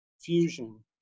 fusion